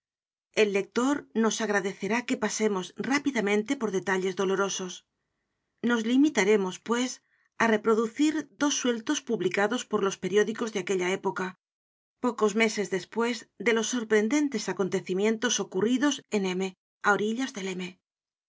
el lector nos agradecerá que pasemos rápidamente por detalles dolorosos nos limitaremos pues á reproducir dos sueltos publicados por los periódicos de aquella época pocos meses despues de los sorprendentes acontecimientos ocurridos en m á orillas del